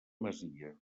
masia